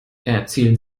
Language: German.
erzählen